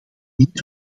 niet